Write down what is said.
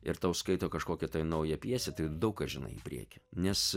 ir tau skaito kažkokią naują pjesę tai daug ką žinai į priekį nes